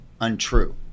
untrue